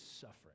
suffering